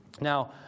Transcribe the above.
Now